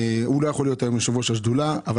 הוא לא יכול להיות היום יושב ראש השדולה אבל